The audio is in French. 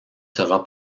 sera